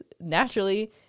naturally